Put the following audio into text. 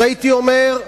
הייתי אומר,